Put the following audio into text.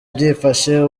byifashe